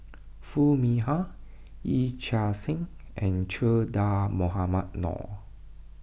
Foo Mee Har Yee Chia Hsing and Che Dah Mohamed Noor